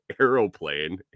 aeroplane